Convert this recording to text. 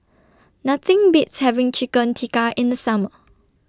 Nothing Beats having Chicken Tikka in The Summer